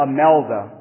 Amelda